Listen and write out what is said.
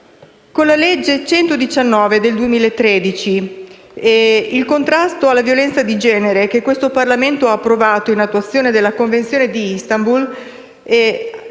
Con la legge n. 119 del 2013 di contrasto alla violenza di genere, che questo Parlamento ha approvato in attuazione della Convenzione di Istanbul, è